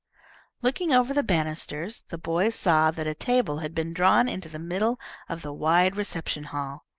looking over the banisters, the boys saw that a table had been drawn into the middle of the wide reception-hall,